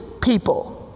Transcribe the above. people